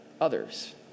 others